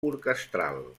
orquestral